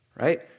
right